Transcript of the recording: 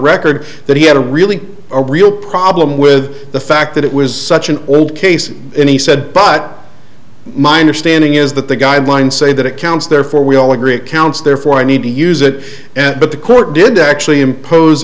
record that he had a really a real problem with the fact that it was such an old case and he said but my understanding is that the guidelines say that it counts therefore we all agree it counts therefore i need to use it but the court did actually impose